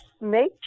make